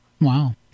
Wow